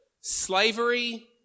slavery